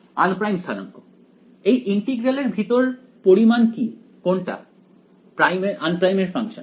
unprime স্থানাঙ্ক এই integral এর ভিতর পরিমাণ কি কোনটা আনপ্রাইম এর ফাংশন